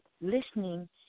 listening